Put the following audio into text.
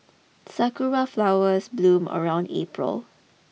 sakura flowers bloom around April